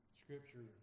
scripture